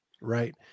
Right